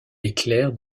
éclairent